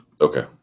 Okay